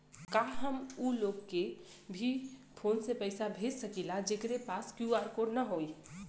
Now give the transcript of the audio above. का हम ऊ लोग के भी फोन से पैसा भेज सकीला जेकरे पास क्यू.आर कोड न होई?